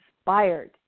inspired